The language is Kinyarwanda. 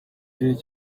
kirere